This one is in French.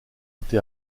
été